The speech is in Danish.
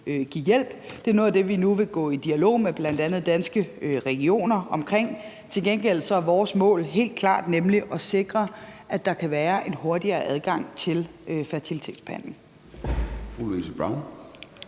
give hjælp. Det er noget af det, vi nu vil gå i dialog med bl.a. Danske Regioner omkring. Til gengæld er vores mål helt klart, nemlig at sikre, at der kan være en hurtigere adgang til fertilitetsbehandling.